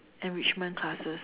enrichment classes